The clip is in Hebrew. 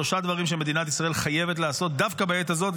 שלושה דברים שמדינת ישראל חייבת לעשות דווקא בעת הזאת,